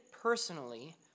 personally